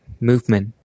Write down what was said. movement